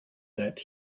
that